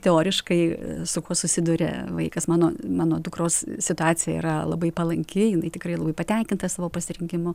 teoriškai su kuo susiduria vaikas mano mano dukros situacija yra labai palanki jinai tikrai labai patenkinta savo pasirinkimu